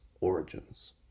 origins